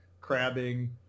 crabbing